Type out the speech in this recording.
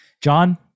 John